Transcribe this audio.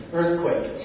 earthquake